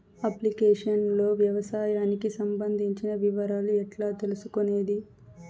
Application లో వ్యవసాయానికి సంబంధించిన వివరాలు ఎట్లా తెలుసుకొనేది?